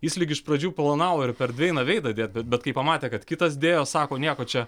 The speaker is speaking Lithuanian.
jis lyg iš pradžių planavo ir per dveiną veidą dėt bet kai pamatė kad kitas dėjo sako nieko čia